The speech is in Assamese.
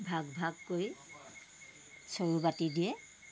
ভাগ ভাগ কৰি চৰু পাতি দিয়ে